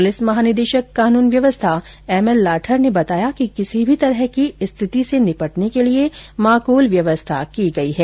police महानिदेशक कानून व्यवस्था एम एल लाठर ने पत्रकारों को बताया कि किसी भी तरह की स्थिति से निपटने के लिये माकूल व्यवस्था की गई है